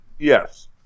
yes